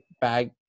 Bag